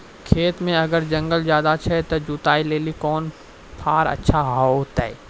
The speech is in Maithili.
खेत मे अगर जंगल ज्यादा छै ते जुताई लेली कोंन फार अच्छा होइतै?